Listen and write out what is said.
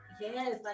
Yes